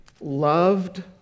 loved